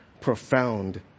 profound